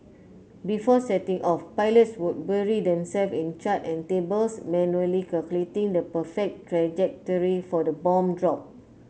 before setting off pilots would bury themselves in charts and tables manually calculating the perfect trajectory for the bomb drop